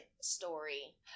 story